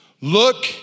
Look